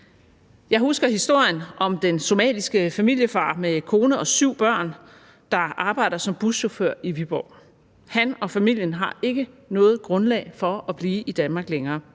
Jeg husker historien om den somaliske familiefar med kone og syv børn, der arbejder som buschauffør i Viborg. Han og familien har ikke noget grundlag for at blive i Danmark længere,